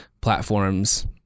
platforms